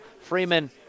Freeman